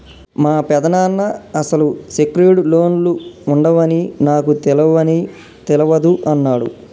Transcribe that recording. మా పెదనాన్న అసలు సెక్యూర్డ్ లోన్లు ఉండవని నాకు తెలవని తెలవదు అన్నడు